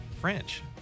French